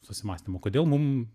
susimąstėm o kodėl mum